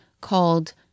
called